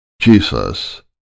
Jesus